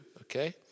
okay